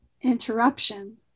interruption